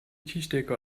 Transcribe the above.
tischdecke